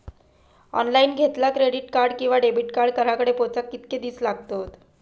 Online घेतला credit card किंवा debit card घराकडे पोचाक कितके दिस लागतत?